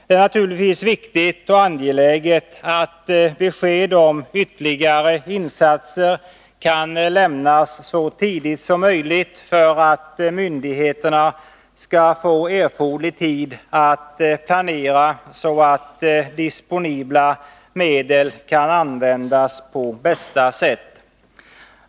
Det är naturligtvis viktigt att besked om ytterligare insatser kan lämnas så tidigt som möjligt för att myndigheterna skall få erforderlig tid att planera, så att disponibla medel kan användas på bästa sätt.